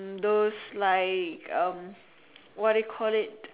mm those like um what do you call it